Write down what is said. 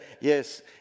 yes